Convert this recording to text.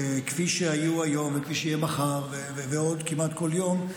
כפי שהיו היום וכפי שיהיה מחר וכמעט בכל יום,